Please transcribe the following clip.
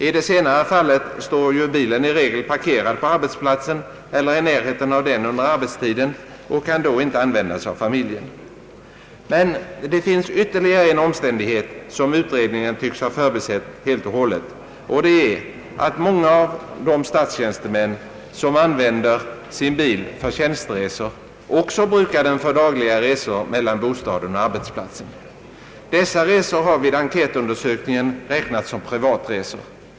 I det senare fallet står ju bilen i regel parkerad på arbetsplatsen eller i närheten av den under arbetstiden och kan då inte användas av familjen, Men det finns ytterligare en omständighet som utredningen tycks ha förbisett helt och hållet, och det är att många av de statstjänstemän som använder sin bil för tjänsteresor också brukar den för dagliga resor mellan bostaden och arbetsplatsen. Dessa resor har vid enkätundersökningen räknats som privatresor.